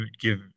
give